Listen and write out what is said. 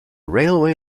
railway